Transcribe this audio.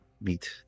meet